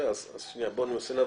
אני רוצה להבין.